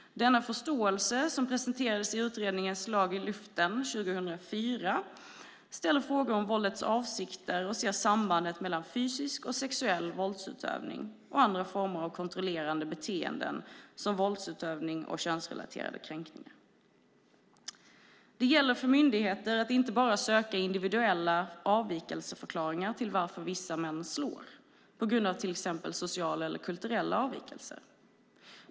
Denna förståelse, som presenterades i utredningen Slag i luften 2004, ställer frågor om våldets avsikter och ser sambandet mellan fysisk och sexuell våldsutövning och andra former av kontrollerande beteenden som våldsutövning och könsrelaterade kränkningar. Det gäller för myndigheter att inte bara söka individuella förklaringar till varför vissa män slår, till exempel sociala eller kulturella avvikelser.